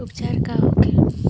उपचार का होखे?